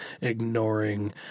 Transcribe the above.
ignoring